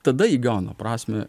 tada įgauna prasmę